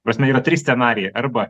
ta prasme yra trys scenarijai arba